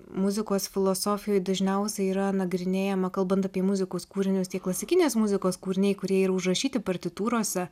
muzikos filosofijoj dažniausiai yra nagrinėjama kalbant apie muzikos kūrinius tiek klasikinės muzikos kūriniai kurie yra užrašyti partitūrose